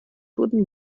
wurden